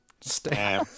Stay